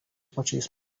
pačiais